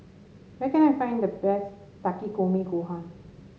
where can I find the best Takikomi Gohan